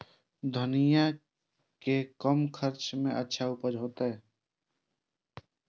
धनिया के कम खर्चा में अच्छा उपज होते?